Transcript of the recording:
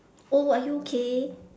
are you okay